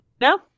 No